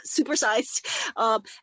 supersized